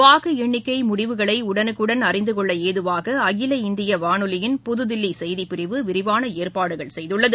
வாக்கு எண்ணிக்கை முடிவுகளை உடனுக்குடன் அறிந்து கொள்ள ஏதுவாக அகில இந்திய வானொலியின் புதுதில்லி செய்திப்பிரிவு விரிவான ஏற்பாடுகள் செய்துள்ளது